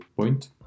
point